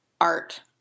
art